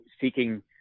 seeking